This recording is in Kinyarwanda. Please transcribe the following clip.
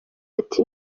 ati